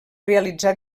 realitzar